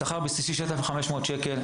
השכר הבסיסי הוא של 6,500 שקלים,